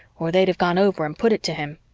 or they'd have gone over and put it to him.